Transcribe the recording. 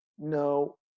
No